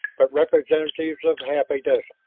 but representatives of half a dozen.